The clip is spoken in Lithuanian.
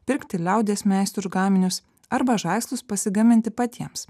pirkti liaudies meistrų gaminius arba žaislus pasigaminti patiems